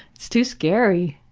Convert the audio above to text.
it's too scary.